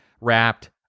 wrapped